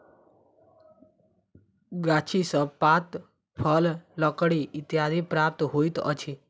गाछी सॅ पात, फल, लकड़ी इत्यादि प्राप्त होइत अछि